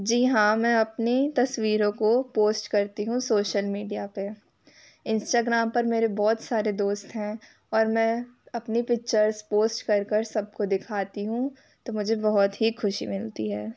जी हाँ मैं अपनी तस्वीरों को पोस्ट करती हूँ सोशल मीडिया पर इंस्टाग्राम पर मेरे बहुत सारे दोस्त हैं और मैं अपनी पिच्चर्स पोस्ट कर कर सबको दिखाती हूँ तो मुझे बहुत ही खुशी मिलती है